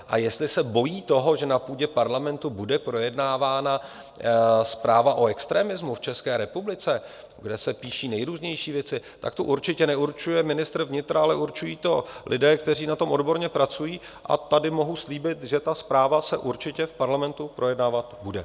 A jestli se bojí toho, že na půdě parlamentu bude projednávána zpráva o extremismu v České republice, kde se píší nejrůznější věci, tak tu určitě neurčuje ministr vnitra, ale určují to lidé, kteří na tom odborně pracují, a tady mohu slíbit, že ta zpráva se určitě v parlamentu projednávat bude.